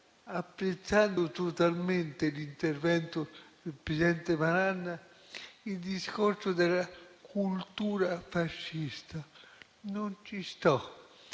apprezzando totalmente l'intervento del presidente Malan, il discorso della cultura fascista. Non ci sto,